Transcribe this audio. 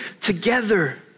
together